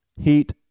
heat